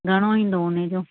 घणो ईंदो हुनजो